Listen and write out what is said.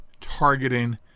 targeting